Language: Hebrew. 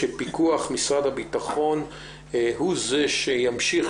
של פיקוח משרד הביטחון הוא זה שימשיך